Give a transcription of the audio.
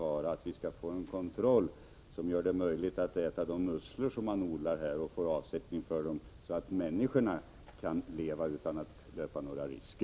Vi bör få en kontroll som gör det möjligt att få avsättning för de musslor som odlas och som gör det möjligt för människorna att äta dem utan att löpa några risker.